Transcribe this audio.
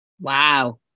Wow